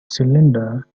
cylinder